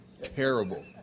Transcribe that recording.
Terrible